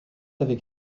avec